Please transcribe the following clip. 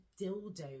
dildo